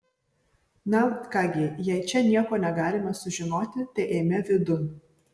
na ką gi jei čia nieko negalime sužinoti tai eime vidun